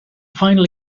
final